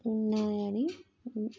ఉన్నాయని